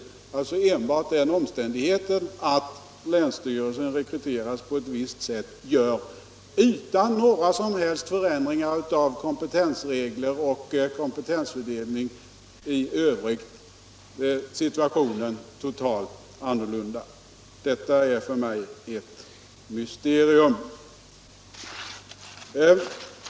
Det skulle alltså vara enbart den omständigheten att länsstyrelsen rekryteras på ett visst sätt — utan några som helst förändringar av kompetensregler och kompetensfördelning i övrigt — som skulle göra situationen totalt annorlunda? Detta är för mig ett mysterium.